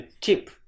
cheap